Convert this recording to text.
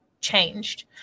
changed